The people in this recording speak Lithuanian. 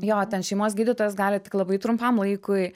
jo ten šeimos gydytojas gali tik labai trumpam laikui